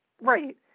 Right